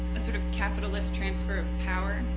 a sort of capitalist transfer of power